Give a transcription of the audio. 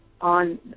on